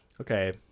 okay